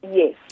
Yes